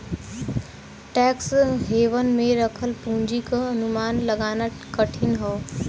tax haven में रखल पूंजी क अनुमान लगाना कठिन हौ